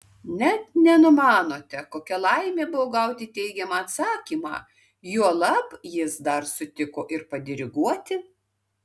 net nenumanote kokia laimė buvo gauti teigiamą atsakymą juolab jis dar sutiko ir padiriguoti